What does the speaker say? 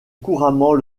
couramment